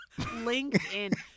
LinkedIn